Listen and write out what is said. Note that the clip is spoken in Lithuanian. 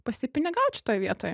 pasipinigaut šitoj vietoj